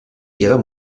ihrer